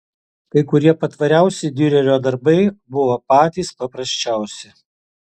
kai kurie patvariausi diurerio darbai buvo patys paprasčiausi